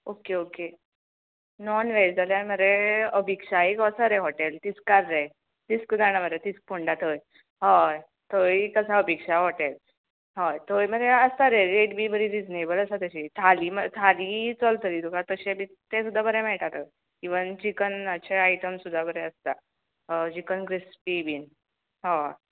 okay okay non veg जाल्या मरे अभिक्षा एक आसा रे हॉटॅल तिस्कार रे तिस्क जाणा मरे तिस् फोंडा थंय हय थंय एक आसा अभिक्षा हॉटॅल हय थंय मरे आसता रे रेट बी बरी रिजनेबल आसा तशी थाली म थाली चलतली तुका तशें बी तें सुद्दां बरें मेळटा थंय इवन चिकनाचे आयटम सुद्दां बरे आसता हय चिकन क्रिस्पी बी हय